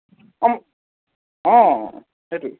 অম অ' সেইটোৱেই